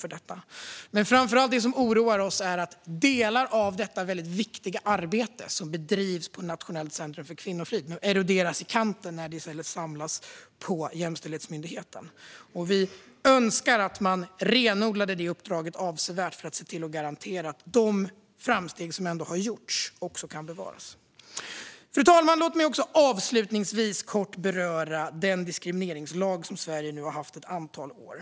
Men det som framför allt oroar oss är att delar av det mycket viktiga arbete som bedrivs på Nationellt centrum för kvinnofrid naggas i kanten när det i stället samlas i Jämställdhetsmyndigheten. Vi önskar att man skulle renodla det uppdraget avsevärt för att garantera att de framsteg som ändå har gjorts också kan bevaras. Fru talman! Låt mig avslutningsvis kort beröra den diskrimineringslag som Sverige har haft ett antal år.